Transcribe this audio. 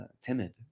timid